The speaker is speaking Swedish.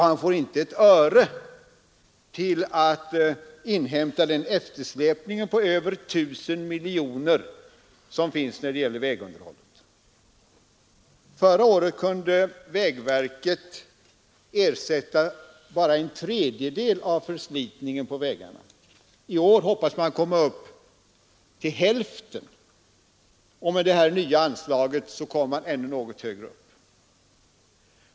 Han får inte ett öre för att inhämta eftersläpningen på över 1 000 miljoner kronor när det gäller vägunderhållet. Förra året kunde vägverket ersätta bara en tredjedel av förslitningen på vägarna. I år hoppas man komma upp till hälften, och med det nya anslaget kommer man ännu något högre.